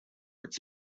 its